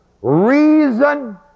Reason